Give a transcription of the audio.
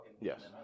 Yes